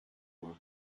moi